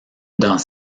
dans